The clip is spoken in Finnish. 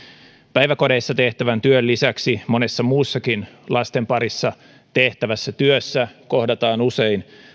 päiväkodeissa tehtävän työn lisäksi monessa muussakin lasten parissa tehtävässä työssä kohdataan usein